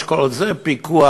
יש כזה פיקוח,